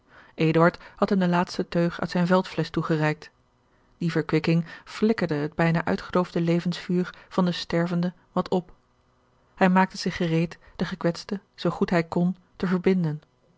had hem de laatste teug uit zijne veldflesch toegereikt die george een ongeluksvogel verkwikking flikkerde het bijna uitgedoofde levensvuur van den stervende wat op hij maakte zich gereed den gekwetste zoo goed hij kon te verbinden